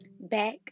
back